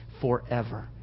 forever